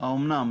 "האומנם".